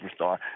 superstar